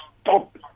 stop